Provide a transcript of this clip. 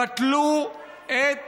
בטלו את